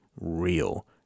real